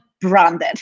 branded